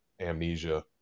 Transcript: amnesia